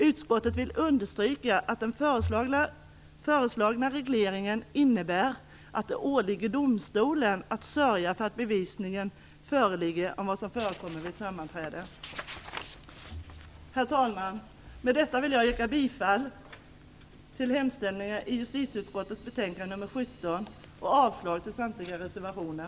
Utskottet vill understryka att den föreslagna regleringen innebär att det åligger domstolen att sörja för att bevisning föreligger om vad som förekommit vid ett sammanträde. Herr talman! Med detta vill jag yrka bifall till hemställan i justitieutskottets betänkande nr 17 och avslag på samtliga reservationer.